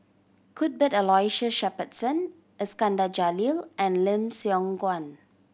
Cuthbert Aloysius Shepherdson Iskandar Jalil and Lim Siong Guan